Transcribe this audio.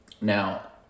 now